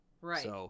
Right